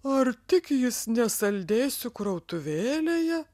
ar tik jis ne saldėsių krautuvėlėje